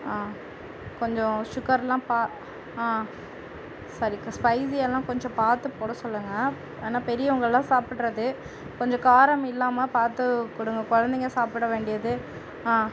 ஆ கொஞ்சம் சுகர்லாம் பா ஆ சரிக்க ஸ்பைசி எல்லாம் கொஞ்சம் பார்த்து போட சொல்லுங்கள் ஏன்னா பெரியவங்கல்லாம் சாப்பிடறது கொஞ்சம் காரம் இல்லாமல் பார்த்து கொடுங்க குழந்தைங்க சாப்பிட வேண்டியது ஆ